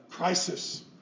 crisis